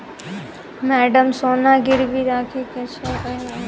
Madam सोना गिरबी राखि केँ छैय ओई लेल आवेदन करै परतै की?